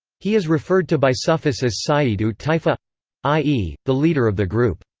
he is referred to by sufis as sayyid-ut taifa i e, the leader of the group.